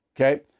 Okay